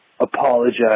Apologize